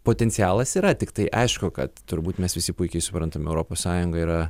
potencialas yra tiktai aišku kad turbūt mes visi puikiai suprantam europos sąjunga yra